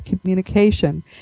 Communication